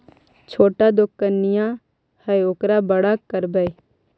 छोटा दोकनिया है ओरा बड़ा करवै?